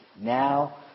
now